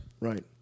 right